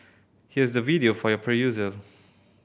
here's the video for your perusal